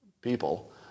people